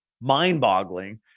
mind-boggling